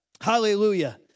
Hallelujah